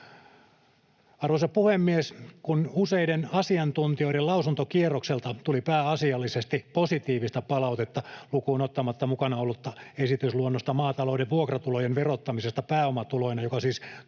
Arvoisa puhemies! Kun useiden asiantuntijoiden lausuntokierrokselta tuli pääasiallisesti positiivista palautetta, lukuun ottamatta mukana ollutta esitysluonnosta maatalouden vuokratulojen verottamisesta pääomatuloina, joka siis tullaan